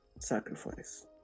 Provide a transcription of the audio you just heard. Sacrifice